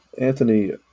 Anthony